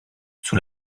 sous